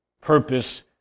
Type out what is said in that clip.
purpose